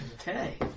Okay